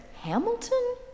Hamilton